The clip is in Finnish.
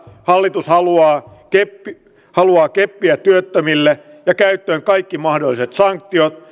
hallitus haluaa keppiä työttömille ja käyttöön kaikki mahdolliset sanktiot